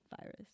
virus